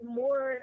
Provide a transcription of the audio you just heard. more